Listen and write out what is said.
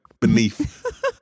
Beneath